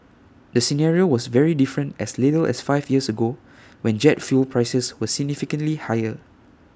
the scenario was very different as little as five years ago when jet fuel prices were significantly higher